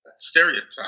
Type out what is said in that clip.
Stereotype